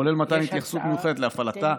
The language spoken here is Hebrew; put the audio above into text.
כולל מתן התייחסות מיוחדת להפעלתה,